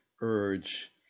urge